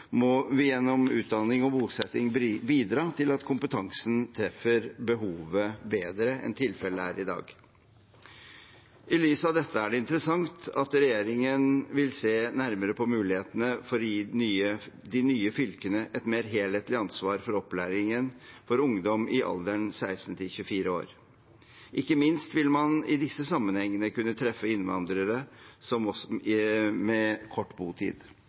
må vi gjennom utdanning og bosetting bidra til at kompetansen treffer behovet bedre enn tilfellet er i dag. I lys av dette er det interessant at regjeringen vil se nærmere på mulighetene for å gi de nye fylkene et mer helhetlig ansvar for opplæringen for ungdom i alderen 16–24 år. Ikke minst vil man i disse sammenhengene kunne treffe innvandrere med kort botid